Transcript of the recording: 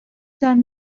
جان